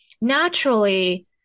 naturally